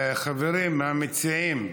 חברים, המציעים,